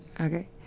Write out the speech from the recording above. Okay